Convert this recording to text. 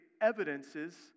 evidences